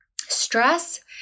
stress